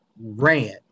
ran